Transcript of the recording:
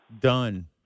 Done